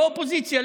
לא אופוזיציה,